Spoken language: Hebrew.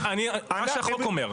זה מה שהחוק אומר.